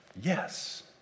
Yes